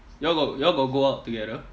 you all got you all got go out together